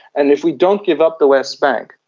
and if we don't give up the west bank,